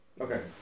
Okay